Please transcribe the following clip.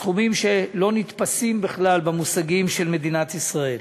סכומים שלא נתפסים בכלל במושגים של מדינת ישראל.